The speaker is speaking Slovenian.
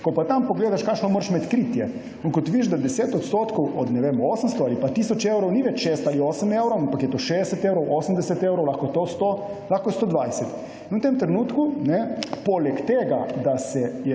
Ko pa tam pogledaš, kakšno moraš imeti kritje, vidiš, da 10 odstotkov od, na primer, 800 ali pa tisoč evrov ni več 6 ali 8 evrov, ampak je to 60 evrov, 80 evrov, lahko 100, lahko 120. In v tem trenutku, poleg tega da se je